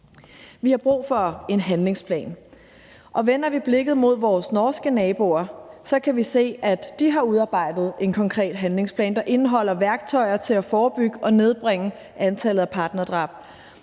Vi har brug for en handlingsplan, og vender vi blikket mod vores norske naboer, kan vi se, at de har udarbejdet en konkret handlingsplan, der indeholder værktøjer til at forebygge og nedbringe antallet af partnerdrab.